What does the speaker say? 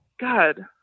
God